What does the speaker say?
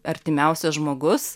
artimiausias žmogus